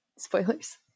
Spoilers